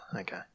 okay